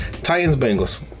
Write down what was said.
Titans-Bengals